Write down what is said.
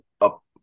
up